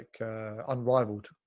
unrivaled